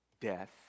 death